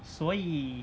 所以